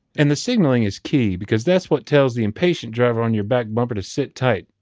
and the signaling is key, because that's what tells the impatient driver on your back bumper to sit tight,